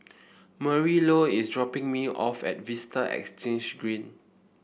Marylou is dropping me off at Vista Exhange Green